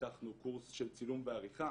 פתחנו קורס של צילום ועריכה